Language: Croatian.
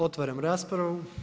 Otvaram raspravu.